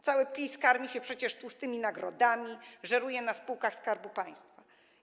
Cały PiS karmi się przecież tłustymi nagrodami, żeruje na spółkach Skarbu Państwa.